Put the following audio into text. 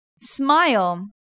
smile